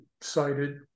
cited